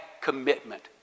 commitment